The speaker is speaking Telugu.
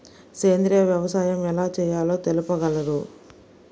సేంద్రీయ వ్యవసాయం ఎలా చేయాలో తెలుపగలరు?